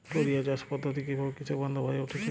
টোরিয়া চাষ পদ্ধতি কিভাবে কৃষকবান্ধব হয়ে উঠেছে?